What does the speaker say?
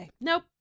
Nope